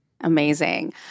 Amazing